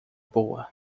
boa